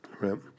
right